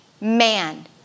man